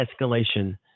escalation